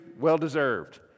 well-deserved